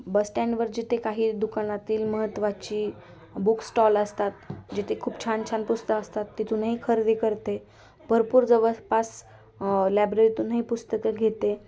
बस सटँडवर जिथे काही दुकानातील महत्त्वाची बुक सटॉल असतात जिथे खूप छान छान पुस्त असतात तिथूनही खरेदी करते भरपूर जवळपास लायब्ररीतूनही पुस्तकं घेते